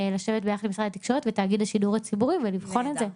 לשבת ביחד עם משרד התקשורת ותאגיד השידור הציבורי ולבחון את זה.